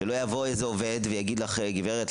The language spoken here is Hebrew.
שלא יבוא איזה עובד ויגיד לך: גברת,